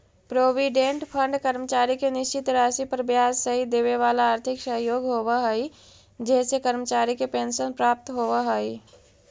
provident fund कर्मचारी के निश्चित राशि पर ब्याज सहित देवेवाला आर्थिक सहयोग होव हई जेसे कर्मचारी के पेंशन प्राप्त होव हई